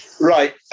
right